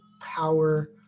power